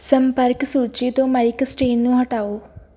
ਸੰਪਰਕ ਸੂਚੀ ਤੋਂ ਮਾਈਕ ਸਟੀਨ ਨੂੰ ਹਟਾਓ